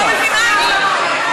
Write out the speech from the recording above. אני קורא אותך לסדר פעם ראשונה,